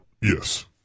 Yes